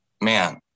man